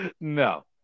No